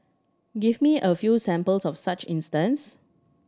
give me a few examples of such instance